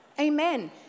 Amen